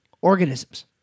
organisms